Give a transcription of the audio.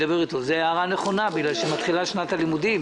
זה הערה נכונה בגלל שמתחילה שנת הלימודים.